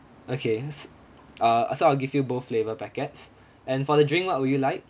okay s~ uh so I'll give you both flavour packets and for the drink what would you like